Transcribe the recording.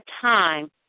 time